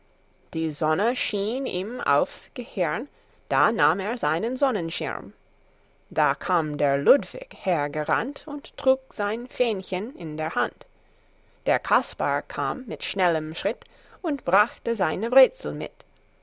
die sonne schien ihm aufs gehirn da nahm er seinen sonnenschirm da kam der ludwig hergerannt und trug sein fähnchen in der hand der kaspar kam mit schnellem schritt und brachte seine brezel mit